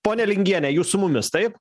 ponia lingiene jūs su mumis taip